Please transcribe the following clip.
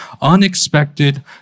unexpected